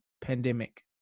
pandemic